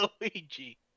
Luigi